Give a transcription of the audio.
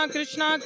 Krishna